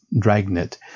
dragnet